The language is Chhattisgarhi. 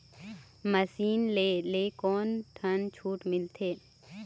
मशीन ले ले कोन ठन छूट मिलथे?